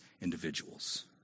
individuals